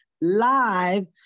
live